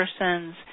persons